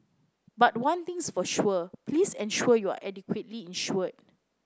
but one thing's for sure please ensure you are adequately insured